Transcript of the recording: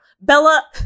Bella